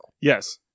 Yes